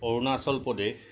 Arunachal Pradesh